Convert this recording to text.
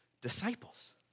disciples